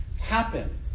happen